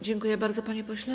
Dziękuję bardzo, panie pośle.